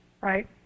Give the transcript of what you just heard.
right